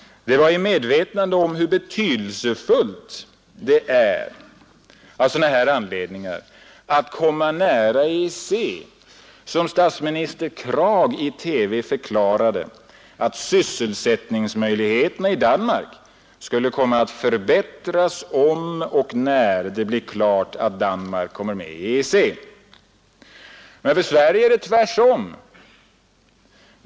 Det var i medvetande om hur betydelse "4 mellan Sverige fullt det av sådana anledningar är att komma nära EEC som statsminister och EEC Krag i TV förklarade att sysselsättningsmöjligheterna i Danmark skulle komma att förbättras om och när det blir klart att Danmark kommer med i EEC. För Sverige är det tvärsom.